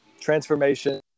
transformation